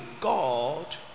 God